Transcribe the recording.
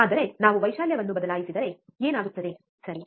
ಆದರೆ ನಾವು ವೈಶಾಲ್ಯವನ್ನು ಬದಲಾಯಿಸಿದರೆ ಏನಾಗುತ್ತದೆ ಸರಿ